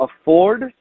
afford